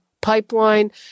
pipeline